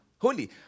holy